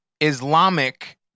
Islamic